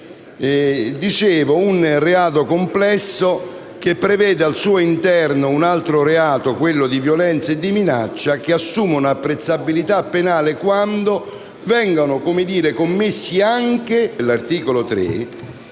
un reato complesso, che prevede al suo interno altri reati, di violenza e di minaccia, che assumono apprezzabilità penale quando vengano commessi anche a